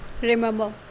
remember